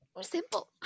Simple